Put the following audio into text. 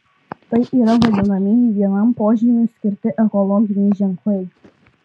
tai yra vadinamieji vienam požymiui skirti ekologiniai ženklai